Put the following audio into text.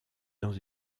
dans